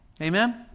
Amen